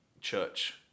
church